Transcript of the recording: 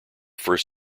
first